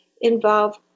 involve